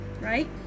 right